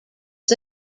was